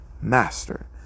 master